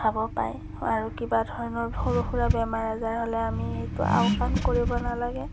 খাব পায় আৰু কিবা ধৰণৰ সৰু সুৰা বেমাৰ আজাৰ হ'লে আমি আওকাণ কৰিব নালাগে